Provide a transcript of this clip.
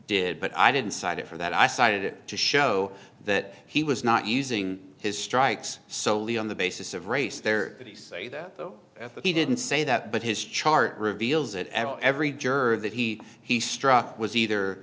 did but i didn't cite it for that i cited it to show that he was not using his strikes solely on the basis of race there but he say that though he didn't say that but his chart reveals it at every juror that he he struck was either